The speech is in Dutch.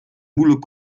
moeilijk